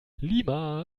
lima